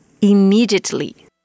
Immediately